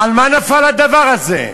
על מה נפל הדבר הזה?